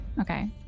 okay